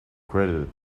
credited